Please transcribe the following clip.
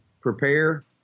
prepare